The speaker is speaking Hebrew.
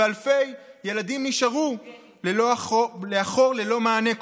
ואלפי ילדים נשארו מאחור ללא מענה כלשהו.